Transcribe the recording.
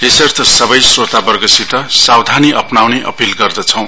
यसर्थ सबै स्रोतावर्गसित सावधानी अपनाउने अपील गर्दछौं